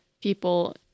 people